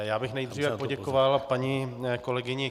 Já bych nejdříve poděkoval paní kolegyni